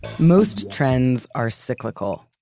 most trends are cyclical.